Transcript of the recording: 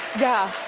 yeah.